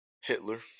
Hitler